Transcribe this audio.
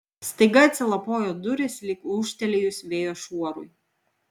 staiga atsilapojo durys lyg ūžtelėjus vėjo šuorui